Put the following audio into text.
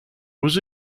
was